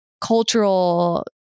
cultural